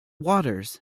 waters